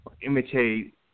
imitate